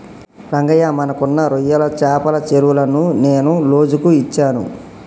రంగయ్య మనకున్న రొయ్యల చెపల చెరువులను నేను లోజుకు ఇచ్చాను